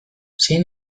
zein